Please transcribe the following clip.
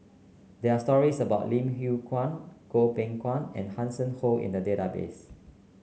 there stories about Lim Yew Kuan Goh Beng Kwan and Hanson Ho in the database